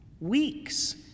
Weeks